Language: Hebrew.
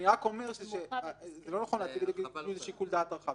אני אומר שלא נכון להציג את זה כשיקול דעת רחב.